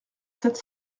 sept